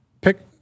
pick